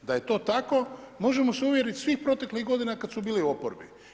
Da je to tako, možemo se uvjeriti svih proteklih godina kad su bili u oporbi.